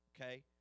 Okay